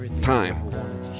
time